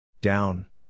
Down